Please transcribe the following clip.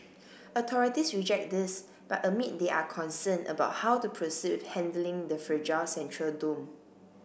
authorities reject this but admit they are concerned about how to proceed with handling the fragile central dome